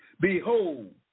behold